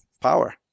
power